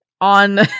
on